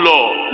Lord